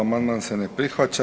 Amandman se ne prihvaća.